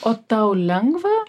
o tau lengva